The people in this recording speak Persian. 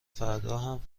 فرداهم